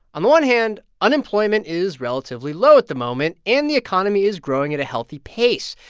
on the one hand, unemployment is relatively low at the moment, and the economy is growing at a healthy pace.